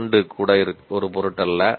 2 கூட ஒரு பொருட்டல்ல